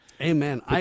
Amen